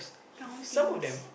countings